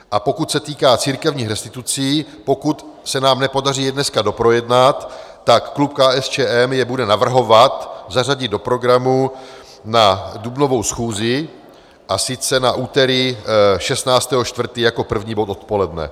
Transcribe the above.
A pokud se týká církevních restitucí, pokud se nám nepodaří je dneska doprojednat, tak klub KSČM je bude navrhovat zařadit do programu na dubnovou schůzi, a sice na úterý 16. 4. jako první bod odpoledne.